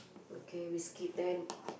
okay we skip then